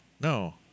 No